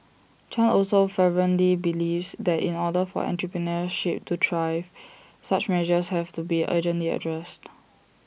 chan also fervently believes that in order for entrepreneurship to thrive such measures have to be urgently addressed